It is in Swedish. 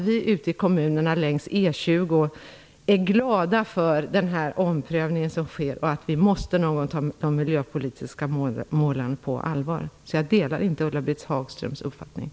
Vi i kommunerna längs E 20 är glada för den omprövning som sker. Vi måste någon gång ta de miljöpolitiska målen på allvar. Jag delar således inte